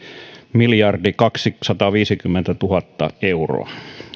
miljardi kaksisataaviisikymmentätuhatta euroa